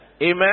Amen